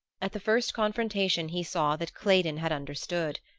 at the first confrontation he saw that claydon had understood.